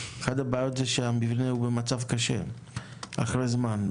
אחת הבעיות זה שהמבנה הוא במצב קשה אחרי זמן,